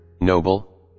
noble